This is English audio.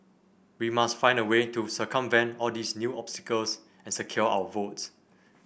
we must find a way to circumvent all these new obstacles and secure our votes